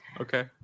Okay